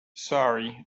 sorry